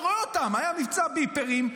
אתה רואה אותם: היה מבצע ביפרים,